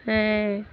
ᱦᱮᱸ